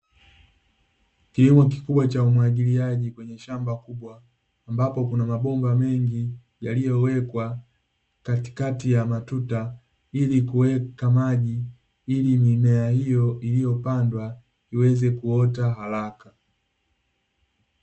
Kilimo kikubwa cha umwagiliaji kwenye shamba kubwa, ambapo kuna mabomba mengi yaliyowekwa katikati ya matuta, ili kuweka maji ili mimea hiyo iliyopandwa iweze kuota haraka.